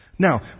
Now